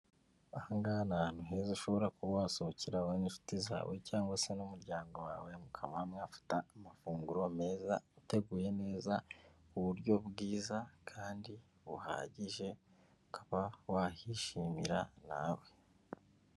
Aha ngaha ni ahantu heza ushobora kuba wasohokera wowe n'inshuti zawe cyangwa se n'umuryango wawe mukamu mwafata amafunguro meza uteguye neza muburyo bwiza kandi buhagije, ukaba wahishimira nawe.